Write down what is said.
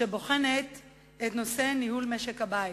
כדי לבחון את נושא ניהול משק המים.